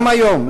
גם היום,